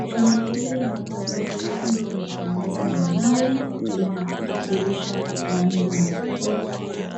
Jumba hili la ghorofa limetengenezwa na mawe, lina madirisha manne makubwa,